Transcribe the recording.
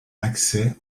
accès